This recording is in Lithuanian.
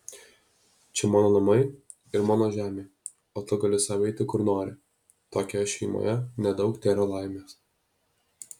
čia mano namai ir mano žemė o tu gali sau eiti kur nori tokioje šeimoje nedaug tėra laimės